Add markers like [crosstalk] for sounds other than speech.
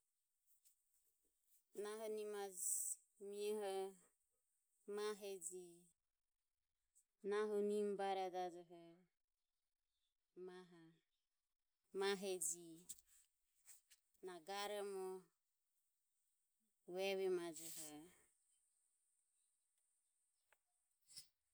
Nahu nimaje mioho maheji. Nahu nimbarejajoho mahe maheji. Na garomo vuevemajoho. [noise]